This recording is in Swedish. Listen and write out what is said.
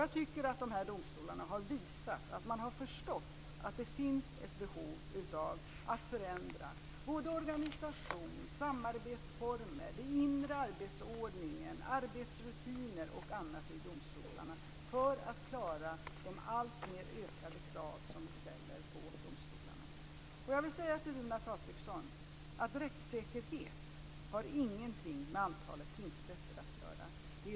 Jag tycker att de här domstolarna har visat att man har förstått att det finns ett behov av att förändra organisation, samarbetsformer, inre arbetsordning, arbetsrutiner och annat vid domstolarna för att klara de allt större krav som vi ställer på domstolarna. Jag vill säga till Runar Patriksson att rättssäkerheten inte har någonting med antalet tingsrätter att göra.